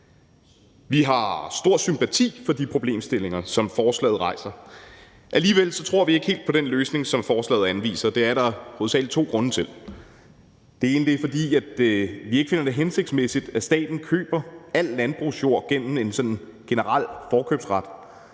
Vi har stor sympati for de problemstillinger, som forslaget rejser. Alligevel tror vi ikke helt på den løsning, som forslaget anviser. Det er der hovedsagelig to grunde til. Det ene er, at vi ikke finder det hensigtsmæssigt, at staten køber al landbrugsjord gennem sådan en generel forkøbsret.